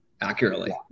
accurately